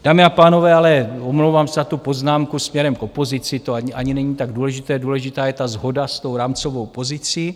Dámy a pánové, ale omlouvám se za tu poznámku směrem k opozici, to ani není tak důležité, důležitá je shoda s tou rámcovou pozicí.